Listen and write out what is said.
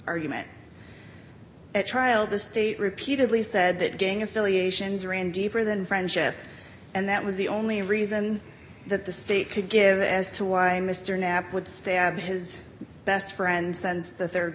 argument at trial the state repeatedly said that gang affiliations ran deeper than friendship and that was the only reason that the state could give as to why mr knapp would stab his best friend sends the